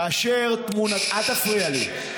כאשר, אל תפריע לי.